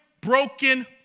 broken